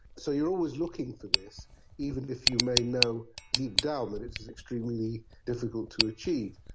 so you are always looking for this, even if you may know deep down that it is is extremely difficult to achieve.